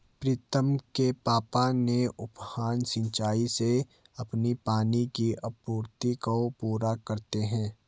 प्रीतम के पापा ने उफान सिंचाई से अपनी पानी की आपूर्ति को पूरा करते हैं